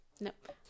Nope